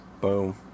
Boom